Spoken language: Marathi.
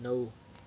नऊ